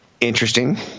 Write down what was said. Interesting